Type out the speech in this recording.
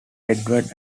edward